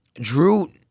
Drew